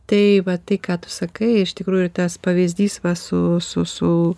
tai va tai ką tu sakai iš tikrųjų ir tas pavyzdys va su su su